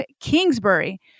Kingsbury